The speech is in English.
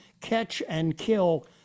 catch-and-kill